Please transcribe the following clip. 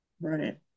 Right